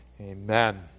amen